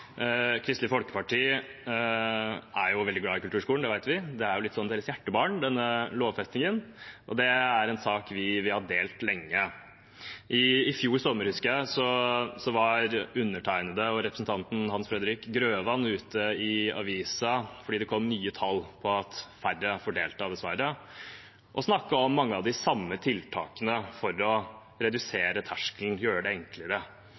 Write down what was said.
Kristelig Folkeparti er jo veldig glad i kulturskolen, det vet vi. Det er litt sånn at denne lovfestingen er deres hjertebarn, så dette er en sak vi har delt lenge. I fjor sommer var undertegnede og representanten Hans Fredrik Grøvan ute i avisen fordi det kom nye tall om at får færre delta, dessverre, og snakket om mange av de samme tiltakene for å senke terskelen, å gjøre det enklere.